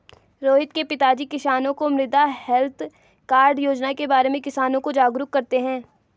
रोहित के पिताजी किसानों को मृदा हैल्थ कार्ड योजना के बारे में किसानों को जागरूक करते हैं